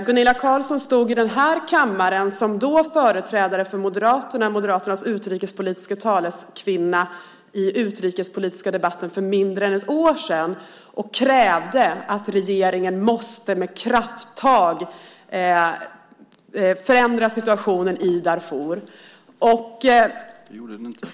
Gunilla Carlsson stod i den här kammaren, då som företrädare för Moderaterna och deras utrikespolitiska taleskvinna, i den utrikespolitiska debatten för mindre än ett år sedan och krävde att regeringen med krafttag måste se till att förändra situationen i Darfur.